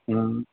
हम्म